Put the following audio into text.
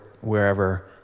wherever